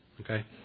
Okay